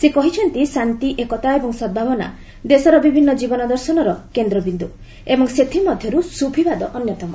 ସେ କହିଛନ୍ତି ଶାନ୍ତି ଏକତା ଏବଂ ସଦ୍ଭାବନା ଦେଶର ବିଭିନ୍ନ ଜୀବନ ଦର୍ଶନର କେନ୍ଦ୍ରବିନ୍ଦୁ ଏବଂ ସେଥି ମଧ୍ୟରୁ ସୁଫିବାଦ ଅନ୍ୟତମ